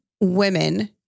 women